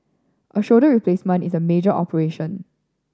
a shoulder replacement is a major operation